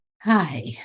hi